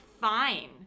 fine